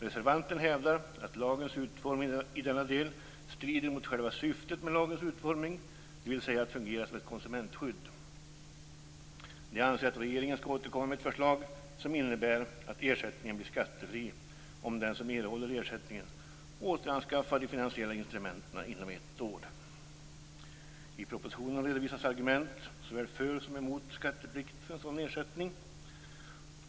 Reservanterna hävdar att lagens utformning i denna del strider mot själva syftet med lagens utformning, dvs. att fungera som ett konsumentskydd. De anser att regeringen skall återkomma med ett förslag som innebär att ersättningen blir skattefri om den som erhåller ersättningen återanskaffar de finansiella instrumenten inom ett år. I propositionen redovisas argument såväl för som emot en skatteplikt för en sådan ersättning.